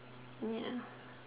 ya